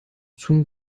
zum